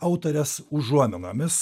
autorės užuominomis